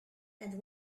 and